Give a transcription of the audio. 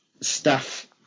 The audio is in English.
staff